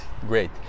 great